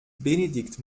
benedikt